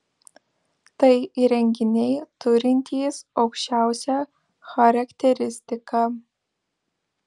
tai įrenginiai turintys aukščiausią charakteristiką